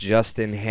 Justin